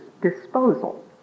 disposal